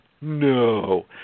No